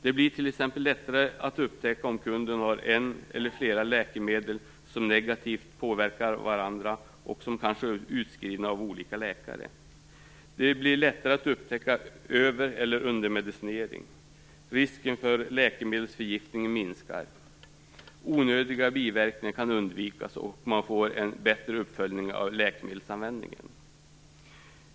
Det blir t.ex. lättare att upptäcka om kunden har ett eller flera läkemedel som negativt påverkar varandra och som kanske är utskrivna av olika läkare. Det blir lättare att upptäcka över eller undermedicinering. Risken för läkemedelsförgiftning minskar. Onödiga biverkningar kan undvikas, och man får en bättre uppföljning av läkemedelsanvändningen.